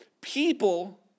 People